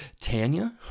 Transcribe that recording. Tanya